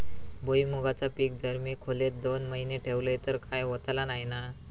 भुईमूगाचा पीक जर मी खोलेत दोन महिने ठेवलंय तर काय होतला नाय ना?